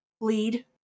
lead